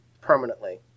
permanently